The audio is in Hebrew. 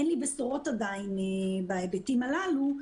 אין לי בשורות עדיין בהיבטים הללו,